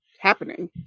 happening